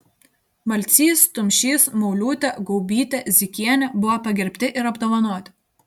malcys tumšys mauliūtė gaubytė zykienė buvo pagerbti ir apdovanoti